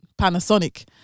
Panasonic